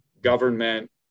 government